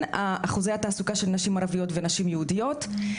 אחוזי התעסוקה של נשים ערביות ונשים יהודיות.